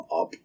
up